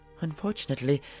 Unfortunately